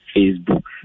Facebook